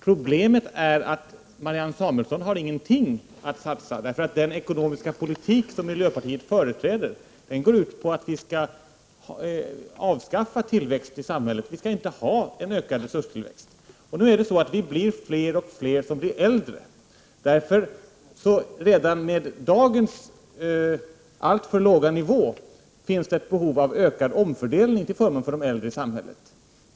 Problemet är bara att Marianne Samuelsson har ingenting att satsa, för den ekonomiska politik som miljöpartiet företräder går ut på att vi skall avskaffa tillväxten i samhället. Vi skall inte tillåta att resurserna ökar. Fler och fler blir äldre. Redan utifrån dagens nivå finns det därför ett behov av ökad omfördelning till förmån för de äldre i samhället.